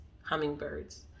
hummingbirds